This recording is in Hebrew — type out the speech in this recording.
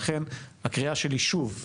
ולכן הקריאה שלי שוב,